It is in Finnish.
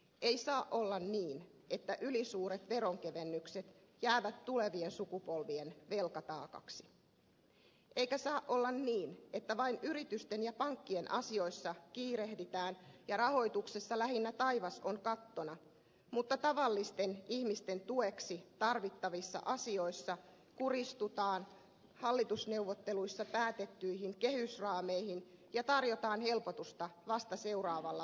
ei saa olla niin että ylisuuret veronkevennykset jäävät tulevien sukupolvien velkataakaksi eikä saa olla niin että vain yritysten ja pankkien asioissa kiirehditään ja rahoituksessa lähinnä taivas on kattona mutta tavallisten ihmisten tueksi tarvittavissa asioissa kuristutaan hallitusneuvotteluissa päätettyihin kehysraameihin ja tarjotaan helpotusta vasta seuraavalla vaalikaudella